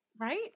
right